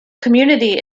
community